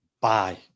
bye